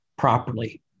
properly